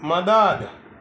મદદ